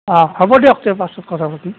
অঁ হ'ব দিয়ক তে পাছত কথা পাতিম